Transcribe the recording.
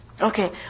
Okay